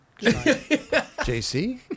JC